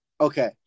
Okay